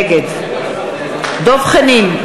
נגד דב חנין,